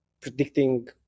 predicting